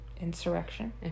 insurrection